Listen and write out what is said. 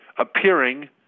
appearing